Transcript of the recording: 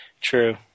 True